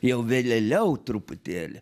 jau vėleliau truputėlį